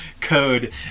code